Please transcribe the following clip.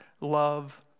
love